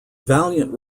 valiant